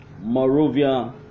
Morovia